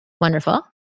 Wonderful